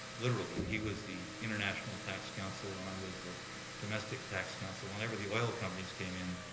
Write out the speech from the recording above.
literally. he was the international tax counsel and i was the domestic tax counsel. whenever the oil companies came in,